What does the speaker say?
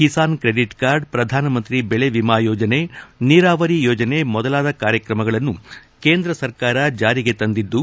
Kisan credit card ಪ್ರಧಾನಮಂತ್ರಿ ಬೆಳೆವಿಮಾ ಯೋಜನೆ ನೀರಾವರಿ ಯೋಜನೆ ಮೊದಲಾದ ಕಾರ್ಯಕ್ರಮಗಳನ್ನು ಕೇಂದ್ರ ಸರ್ಕಾರ ಜಾರಿಗೆ ತಂದಿದ್ದು